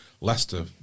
Leicester